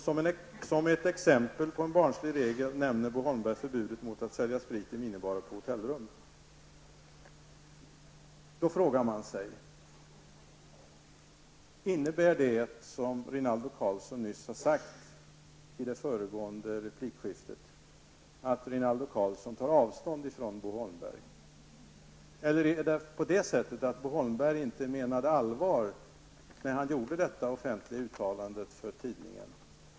Som ett exempel på en barnslig regel nämner Bo Holmberg förbudet mot att sälja sprit i minibarer på hotellrum. Då frågar man sig om det som Rinaldo Karlsson nyss sade i det föregående replikskiftet innebär att Rinaldo Karlsson tar avstånd från Bo Holmberg, eller är det så att Bo Holmberg inte menade allvar när han gjorde detta offentliga uttalande för tidningen.